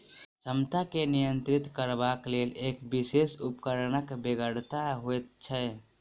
क्षमता के नियंत्रित करबाक लेल एक विशेष उपकरणक बेगरता होइत छै